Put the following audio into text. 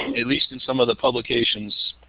at least in some of the publications,